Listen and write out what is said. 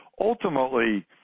Ultimately